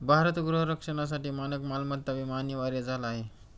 भारत गृह रक्षणासाठी मानक मालमत्ता विमा अनिवार्य झाला आहे